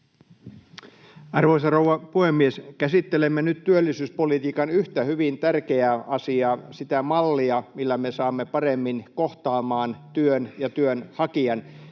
Arvoisa rouva puhemies! Käsittelemme nyt työllisyyspolitiikan yhtä hyvin tärkeää asiaa: sitä mallia, millä me saamme paremmin kohtaamaan työn ja työnhakijan.